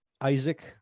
isaac